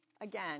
again